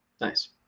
Nice